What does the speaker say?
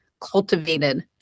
cultivated